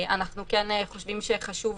אנחנו כן חושבים שחשוב